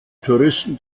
touristen